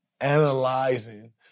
analyzing